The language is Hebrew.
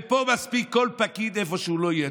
ופה מספיק כל פקיד, איפה שהוא לא יהיה.